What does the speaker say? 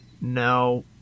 No